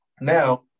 Now